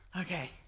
Okay